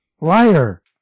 liar